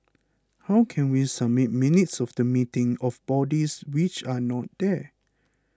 how can we submit minutes of the meeting of bodies which are not there